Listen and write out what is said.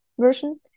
version